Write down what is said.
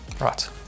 Right